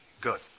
good